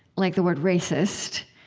like the word racist,